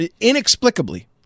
inexplicably